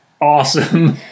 awesome